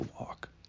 walk